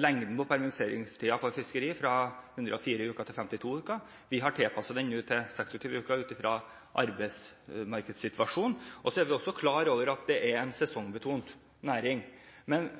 lengden på permitteringstiden for fiskeri fra 104 uker til 52 uker. Vi har nå tilpasset den til 26 uker ut fra arbeidsmarkedssituasjonen. Vi er også klar over at det er en sesongbetont næring, men